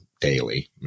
daily